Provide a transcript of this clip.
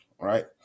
right